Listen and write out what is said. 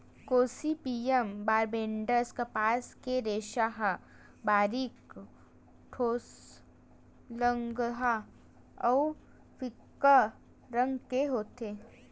Gossypium barbadense कपास के रेसा ह बारीक, ठोसलगहा अउ फीक्का रंग के होथे